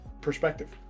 perspective